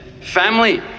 family